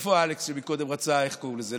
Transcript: איפה אלכס, שקודם רצה, איך קוראים לזה?